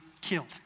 killed